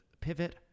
pivot